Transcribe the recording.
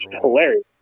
hilarious